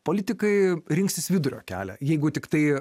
politikai rinksis vidurio kelią jeigu tiktai